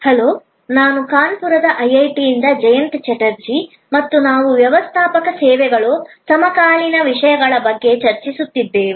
hello ನಾನು ಕಾನ್ಪುರದ ಐಐಟಿಯಿಂದ ಜಯಂತ ಚಟರ್ಜಿ ಮತ್ತು ನಾವು ವ್ಯವಸ್ಥಾಪಕ ಸೇವೆಗಳು ಸಮಕಾಲೀನ ವಿಷಯಗಳ ಬಗ್ಗೆ ಚರ್ಚಿಸುತ್ತಿದ್ದೇವೆ